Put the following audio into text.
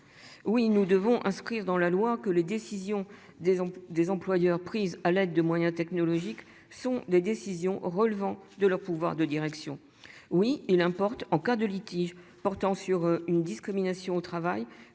Oui nous devons inscrire dans la loi que les décisions des des employeurs prises à l'aide de moyens technologiques sont des décisions relevant de leur pouvoir de direction. Oui, il importe en cas de litige portant sur une discrimination au travail,